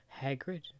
Hagrid